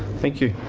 thank you.